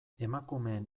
emakumeen